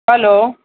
hello